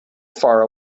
far